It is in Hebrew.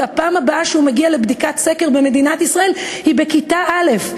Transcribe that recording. והפעם הבאה שהוא מגיע לבדיקת סקר במדינת ישראל היא בכיתה א'.